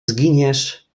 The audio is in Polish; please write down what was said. zginiesz